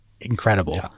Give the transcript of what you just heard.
incredible